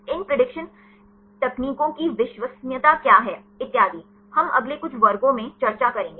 इन prediction तकनीकों की विश्वसनीयता क्या है इतियादी हम अगले कुछ वर्गों में चर्चा करेंगे